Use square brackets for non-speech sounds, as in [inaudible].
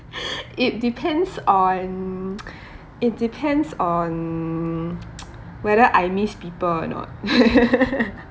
[noise] it depends on [noise] it depends on [noise] whether I miss people or not [laughs]